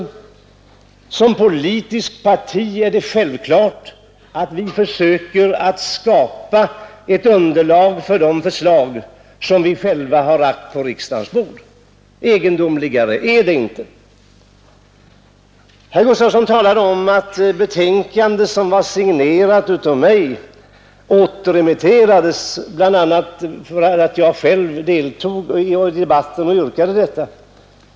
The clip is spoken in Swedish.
För oss som politiskt parti är det självklart att försöka skapa ett underlag för de förslag, som vi själva har lagt på riksdagens bord. Egendomligare är det inte. Herr Gustavsson talade om att det betänkande, som var signerat av mig, återremitterats bl.a. därför att jag själv deltog i debatten och yrkade detta.